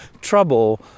trouble